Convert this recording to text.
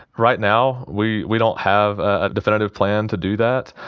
right now, we we don't have a definitive plan to do that.